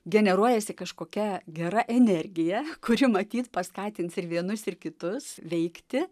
generuojasi kažkokia gera energija kuri matyt paskatins ir vienus ir kitus veikti